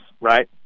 right